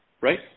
right